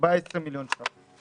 14 מיליון שקלים.